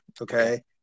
okay